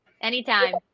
anytime